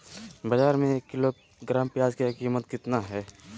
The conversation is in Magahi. बाजार में एक किलोग्राम प्याज के कीमत कितना हाय?